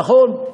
נכון?